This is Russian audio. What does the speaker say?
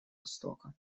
востока